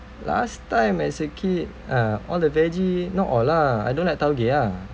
last time as a kid uh all the veggie not all lah I don't like taugeh ah